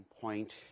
point